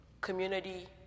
Community